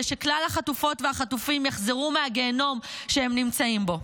שכלל החטופות והחטופים יחזרו מהגיהינום שהם נמצאים בו.